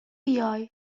بیای